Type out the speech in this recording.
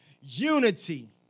unity